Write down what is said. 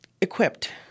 equipped